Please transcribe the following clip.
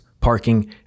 parking